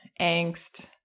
angst